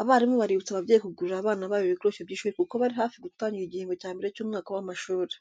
Abarimu baributsa ababyeyi kugurira abana babo ibikoresho by'ishuri kuko bari hafi gutangira igihembwe cya mbere cy'umwaka w'amashuri.